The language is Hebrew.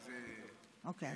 אוקיי,